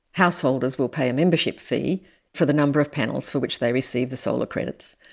householders will pay a membership fee for the number of panels for which they receive the solar credits,